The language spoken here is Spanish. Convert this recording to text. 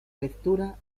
lectura